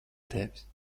tevis